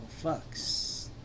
fucks